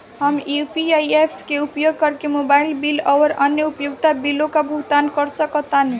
हम UPI apps के उपयोग करके मोबाइल बिल आउर अन्य उपयोगिता बिलों का भुगतान कर सकतानी